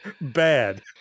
bad